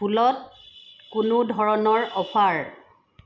ফুলত কোনো ধৰণৰ অফাৰ